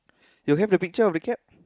you have a picture of the cat